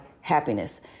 happiness